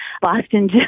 Boston